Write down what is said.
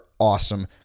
Awesome